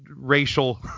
racial